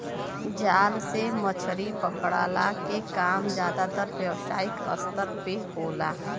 जाल से मछरी पकड़ला के काम जादातर व्यावसायिक स्तर पे होला